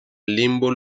limbo